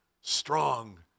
strong